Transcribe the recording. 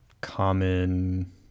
common